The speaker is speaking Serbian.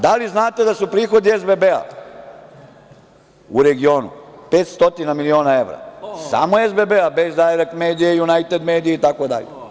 Da li znate da su prihodi SBB-a u regionu 500 miliona evra, samo SBB, bez "Dajrekt medija", "Junajted medija", itd?